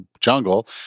jungle